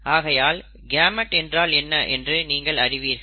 ஆகையால் கேமெட் என்றால் என்ன என்று நீங்கள் அறிவீர்கள்